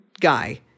guy